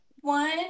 One